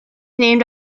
named